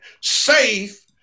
safe